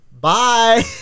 bye